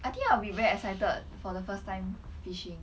I think I will be very excited for the first time fishing